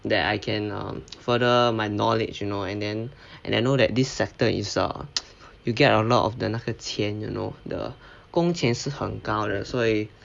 that I can further my knowledge you know and then and I know that this sector is ah you get a lot of the 那个钱 you know the 工钱是很高人的所以